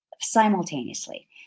simultaneously